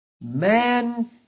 Man